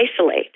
isolate